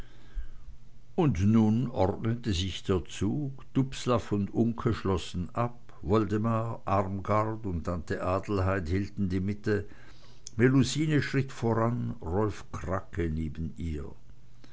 und nun ordnete sich der zug dubslav und uncke schlossen ab woldemar armgard und tante adelheid hielten die mitte melusine schritt voran rolf krake neben ihr